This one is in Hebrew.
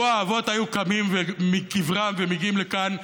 לו האבות היו קמים מקברם ומגיעים לכאן,